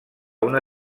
una